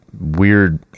weird